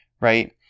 right